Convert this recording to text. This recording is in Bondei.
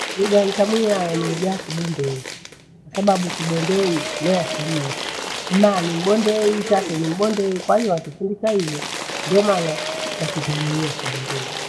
Lugha ntamuya ni lugha ya kibondei, kwasababu kibondei neasili yetu. Maa ni mbondei tate ni mbondei kwahiyo watufundisha hivo. Ndio maana tatemiia kibondei.